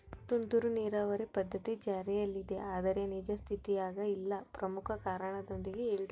ತುಂತುರು ನೇರಾವರಿ ಪದ್ಧತಿ ಜಾರಿಯಲ್ಲಿದೆ ಆದರೆ ನಿಜ ಸ್ಥಿತಿಯಾಗ ಇಲ್ಲ ಪ್ರಮುಖ ಕಾರಣದೊಂದಿಗೆ ಹೇಳ್ರಿ?